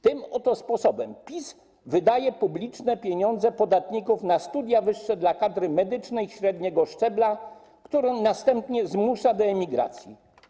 Tym oto sposobem PiS wydaje publiczne pieniądze podatników na studia wyższe dla kadry medycznej średniego szczebla, którą następnie zmusza do emigracji.